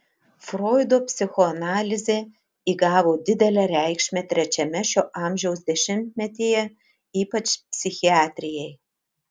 froido psichoanalizė įgavo didelę reikšmę trečiame šio amžiaus dešimtmetyje ypač psichiatrijai